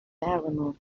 barrymore